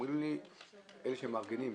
אומרים לי אלה שמארגנים,